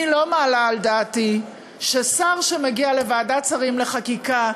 אני לא מעלה על דעתי ששר שמגיע לוועדת השרים לחקיקה,